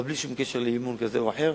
בלי שום קשר לאי-אמון כזה או אחר,